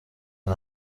عین